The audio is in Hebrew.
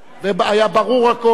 ברור הכול.